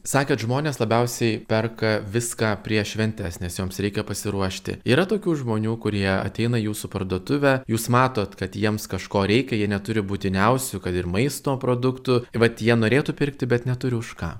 sakėt žmonės labiausiai perka viską prieš šventes nes joms reikia pasiruošti yra tokių žmonių kurie ateina į jūsų parduotuvę jūs matot kad jiems kažko reikia jie neturi būtiniausių kad ir maisto produktų vat jie norėtų pirkti bet neturi už ką